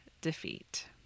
defeat